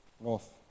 North